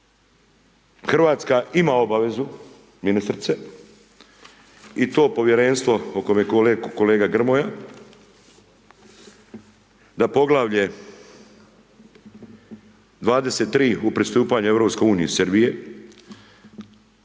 Hrvatska ima obavezu, ministrice, i to Povjerenstvo o kome kolega Grmoja, da poglavlje 23. u pristupanju Europskoj